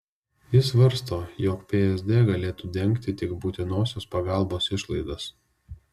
ji svarsto jog psd galėtų dengti tik būtinosios pagalbos išlaidas